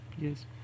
Yes